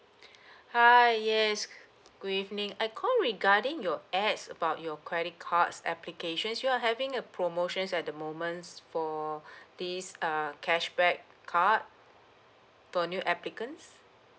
hi yes good evening I call regarding your ads about your credit cards application you are having a promotions at the moments for this err cashback card for new applicants